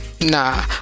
nah